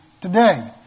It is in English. today